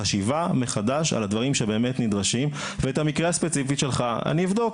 חשיבה מחדש על הדברים שבאמת נדרשים ואת המקרה הספציפי שלך אני אבדוק.